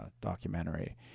documentary